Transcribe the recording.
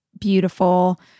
beautiful